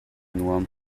nuam